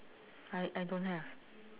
I I don't have